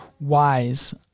wise